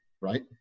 Right